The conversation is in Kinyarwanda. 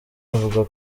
avuga